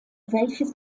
welches